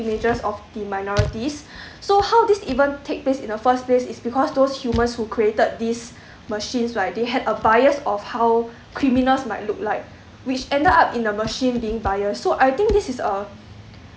images of the minorities so how this even take this in the first place is because those humans who created these machines right they had a bias of how criminals might look like which ended up in the machine being bias so I think this is a